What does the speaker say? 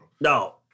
No